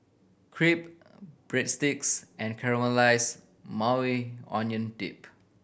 Crepe Breadsticks and Caramelized Maui Onion Dip